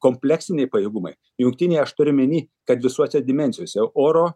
kompleksiniai pajėgumai jungtiniai aš turiu omeny kad visose dimensijose oro